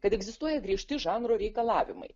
kad egzistuoja griežti žanro reikalavimai